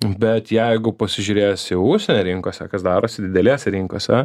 bet jeigu pasižiūrėjęs į užsienio rinkose kas darosi didelėse rinkose